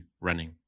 running